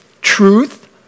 truth